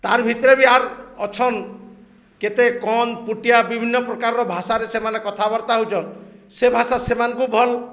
ତାର୍ ଭିତରେ ବି ଆର୍ ଅଛନ୍ କେତେ କନ୍ଦ୍ ପୁଟିଆ ବିଭିନ୍ନ ପ୍ରକାରର ଭାଷାରେ ସେମାନେ କଥାବାର୍ତ୍ତା ହଉଛନ୍ ସେ ଭାଷା ସେମାନଙ୍କୁ ଭଲ୍